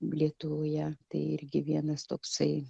lietuvoje tai irgi vienas toksai